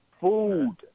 Food